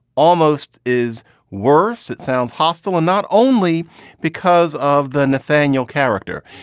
almost is worse. it sounds hostile. and not only because of the nathaniel character.